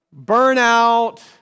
burnout